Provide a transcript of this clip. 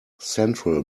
central